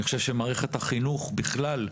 אני חושב שמערכת החינוך בכלל,